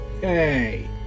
Hey